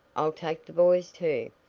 i'll take the boys too.